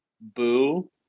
boo